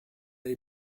avez